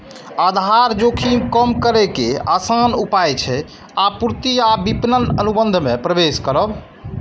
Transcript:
आधार जोखिम कम करै के आसान उपाय छै आपूर्ति आ विपणन अनुबंध मे प्रवेश करब